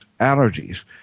allergies